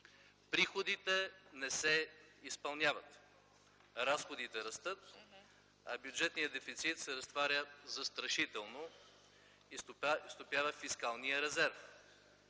приходите не се изпълняват, разходите растат, а бюджетният дефицит се разтваря застрашително и стопява фискалния резерв,